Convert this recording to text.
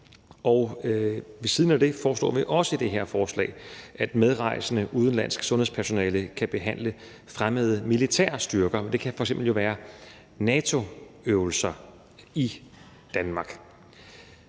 I det her forslag foreslår vi også, at medrejsende udenlandsk sundhedspersonale kan behandle fremmede militære styrker. Det kan f.eks. være ved NATO-øvelser i Danmark.